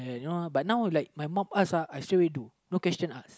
but now like my mum asksuhI straight away do no question ask